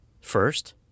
First